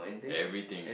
everything